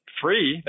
free